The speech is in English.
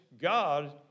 God